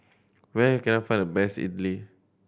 where can I find the best Idili